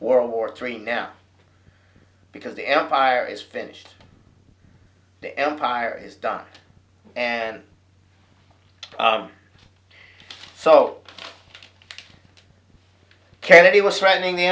world war three now because the empire is finished the empire is done and so kerry was threatening the